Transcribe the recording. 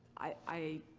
i